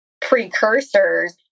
precursors